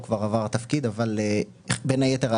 הוא כבר עבר תפקיד אבל בין היתר,